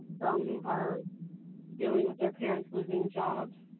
some are dealing with their parents losing jobs,